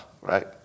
right